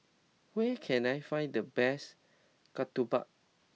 where can I find the best Ketupat